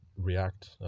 react